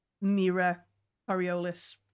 Mira-Coriolis